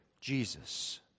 Jesus